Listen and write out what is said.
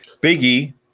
Biggie